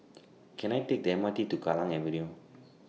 Can I Take The M R T to Kallang Avenue